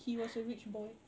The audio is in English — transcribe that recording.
he was a rich boy